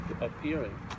appearing